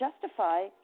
justify